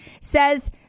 says